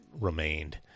remained